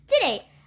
Today